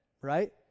right